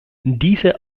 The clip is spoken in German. diese